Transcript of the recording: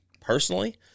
personally